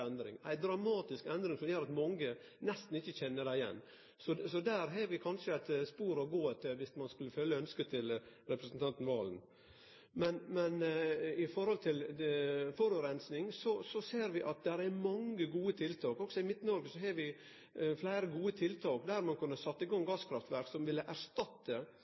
endring, som gjer at mange ikkje kjenner dei igjen. Så der har vi kanskje eit spor å gå etter, om ein skulle følgje ønsket til representanten Serigstad Valen. Men når det gjeld forureining, ser vi at det er mange gode tiltak. Òg i Midt-Noreg er det fleire gode tiltak. Ein kunne ha sett i gang gasskraftverk som ville erstatte